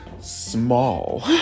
small